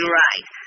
right